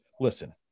listen